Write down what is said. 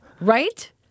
Right